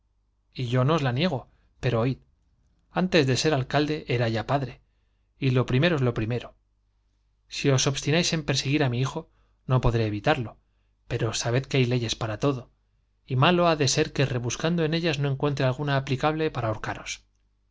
y la antes de no os niego pero oid ser alcalde era ya padre y lo primero es lo primero si os